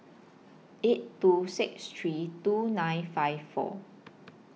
eight two six three two nine five four